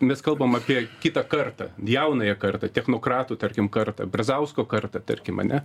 mes kalbam apie kitą kartą jaunąją kartą technokratų tarkim kartą brazausko kartą tarkim ane